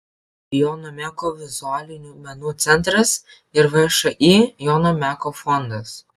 jono meko vizualinių menų centras ir všį jono meko fondas